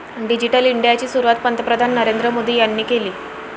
digital इंडियाची सुरुवात पंतप्रधान नरेंद्र मोदी यांनी केली